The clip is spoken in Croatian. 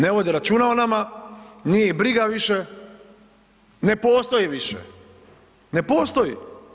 Ne vodi računa o nama, nije ih briga više, ne postoji više, ne postoji.